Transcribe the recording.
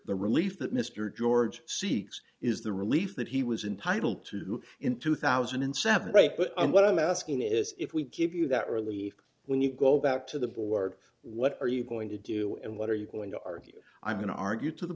the relief that mr george seeks is the relief that he was entitle to do in two thousand and seven right but what i'm asking is if we give you that relief when you go back to the board what are you going to do and what are you going to argue i'm going to argue to the